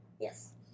Yes